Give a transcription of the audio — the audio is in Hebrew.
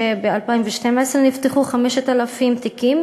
שב-2012 נפתחו 5,000 תיקים